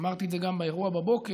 ואמרתי את זה גם באירוע בבוקר: